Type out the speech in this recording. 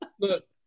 look